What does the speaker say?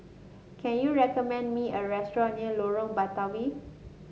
can you recommend me a restaurant near Lorong Batawi